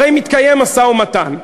הרי מתקיים משא-ומתן.